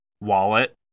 wallet